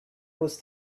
was